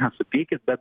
nesupykit bet